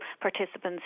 participants